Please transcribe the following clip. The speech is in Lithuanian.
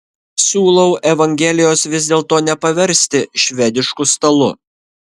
siūlau evangelijos vis dėlto nepaversti švedišku stalu